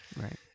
Right